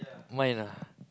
mine ah